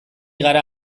gara